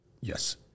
Yes